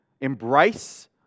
embrace